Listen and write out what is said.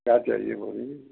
क्या चाहिए बोलिए